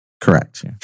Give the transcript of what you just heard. Correct